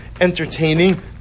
entertaining